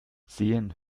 sehen